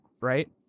right